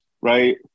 right